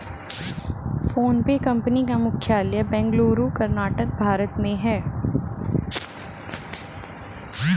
PhonePe company का मुख्यालय बेंगलुरु कर्नाटक भारत में है